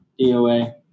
DOA